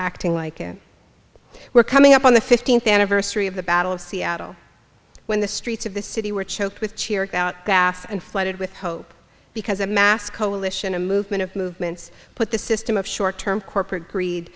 acting like we're coming up on the fifteenth anniversary of the battle of seattle when the streets of the city were choked with cheer about gas and flooded with hope because a mass coalition a movement of movements put the system of short term corporate greed